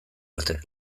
arte